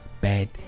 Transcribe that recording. bad